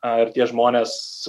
ar tie žmonės